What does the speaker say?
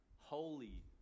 Holy